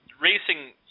racing